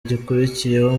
gikurikiyeho